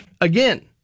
again